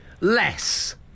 less